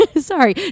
Sorry